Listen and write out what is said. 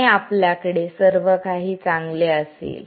आणि आपल्याकडे सर्वकाही चांगले असेल